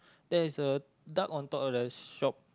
there's a duck on top of the shop